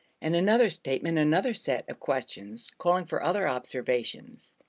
and another statement another set of questions, calling for other observations.